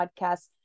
podcast